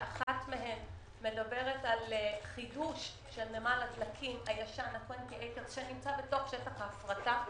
שאחת מהן מדברת על חידוש של נמל הדלקים הישן שנמצא בתוך שטח ההפרטה.